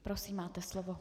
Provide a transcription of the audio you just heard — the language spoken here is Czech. Prosím, máte slovo.